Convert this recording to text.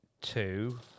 two